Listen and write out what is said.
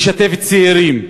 לשתף צעירים,